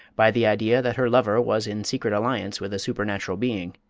by the idea that her lover was in secret alliance with a supernatural being.